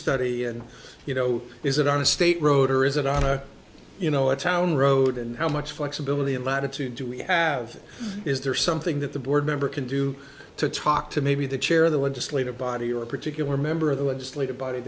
study and you know is it on a state road or is it on a you know a town road and how much flexibility and latitude do we have is there something that the board member can do to talk to maybe the chair of the legislative body or a particular member of the legislative body